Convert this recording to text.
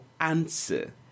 answer